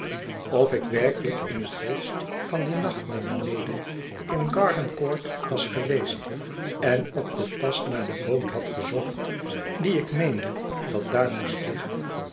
of ik werkelijk in het holste van dien nacht naar beneden in garden court was geweest en op den tast naar de boot had gezocht dieik meende dat daar moest liggen